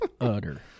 utter